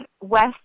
West